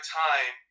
time